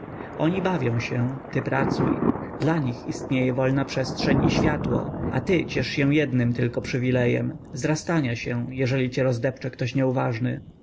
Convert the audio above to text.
oni bawią się ty pracuj dla nich istnieje wolna przestrzeń i światło a ty ciesz się jednym tylko przywilejem zrastania się jeżeli cię rozdepcze ktoś nieuważny